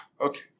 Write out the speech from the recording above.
Okay